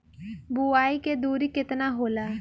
बुआई के दूरी केतना होला?